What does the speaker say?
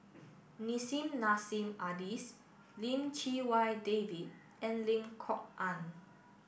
Nissim Nassim Adis Lim Chee Wai David and Lim Kok Ann